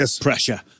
pressure